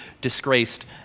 disgraced